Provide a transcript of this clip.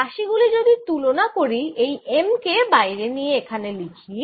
রাশি গুলি যদি তুলনা করি এই m কে বাইরে নিয়ে এখানে লিখি